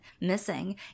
missing